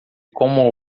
como